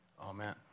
Amen